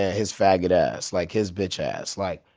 ah his faggot ass, like his bitch ass, like.